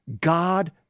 God